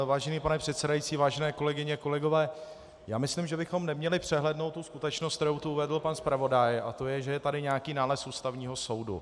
Vážený pane předsedající, vážené kolegyně, kolegové, já myslím, že bychom neměli přehlédnout tu skutečnost, kterou uvedl pan zpravodaj, tedy že je tady nějaký nález Ústavního soudu.